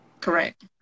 Correct